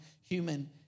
human